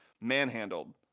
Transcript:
manhandled